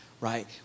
right